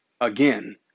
again